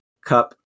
Cup